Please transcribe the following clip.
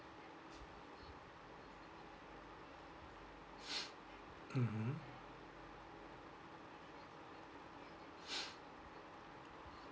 mmhmm